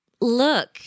look